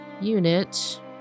unit